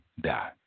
die